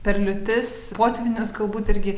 per liūtis potvynius galbūt irgi